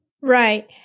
Right